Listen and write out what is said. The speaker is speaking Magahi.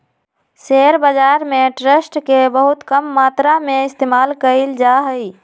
शेयर बाजार में ट्रस्ट के बहुत कम मात्रा में इस्तेमाल कइल जा हई